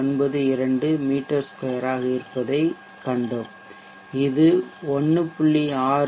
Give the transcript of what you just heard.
992 மீ 2 ஆக இருப்பதைக் கண்டோம் இது 1